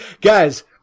Guys